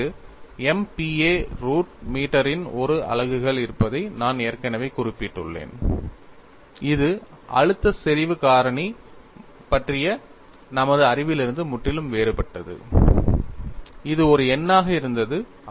K க்கு MPa root மீட்டரின் ஒரு அலகுகள் இருப்பதை நான் ஏற்கனவே குறிப்பிட்டுள்ளேன் இது அழுத்த செறிவு காரணி பற்றிய நமது அறிவிலிருந்து முற்றிலும் வேறுபட்டது இது ஒரு எண்ணாக இருந்தது